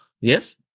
yes